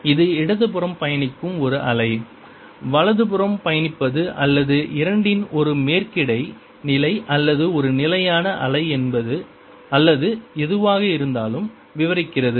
இது இடதுபுறம் பயணிக்கும் ஒரு அலை வலதுபுறம் பயணிப்பது அல்லது இரண்டின் ஒரு மேற்கிடை நிலை அல்லது ஒரு நிலையான அலை அல்லது எதுவாக இருந்தாலும் விவரிக்கிறது